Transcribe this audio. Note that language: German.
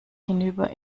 hinüber